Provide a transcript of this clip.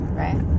right